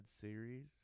series